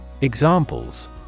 Examples